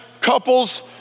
couples